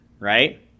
Right